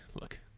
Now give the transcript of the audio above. Look